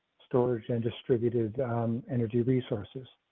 storage and distributed energy resources.